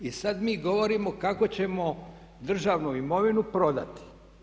I sad mi govorimo kako ćemo državnu imovinu prodati.